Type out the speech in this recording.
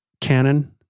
canon